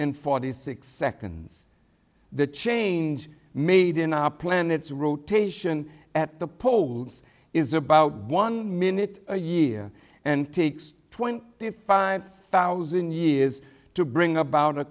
and forty six seconds the change made in our planet's rotation at the poles is about one minute a year and takes twenty five thousand years to bring about a